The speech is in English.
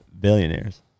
billionaires